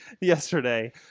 yesterday